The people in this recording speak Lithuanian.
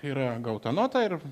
yra gauta nota ir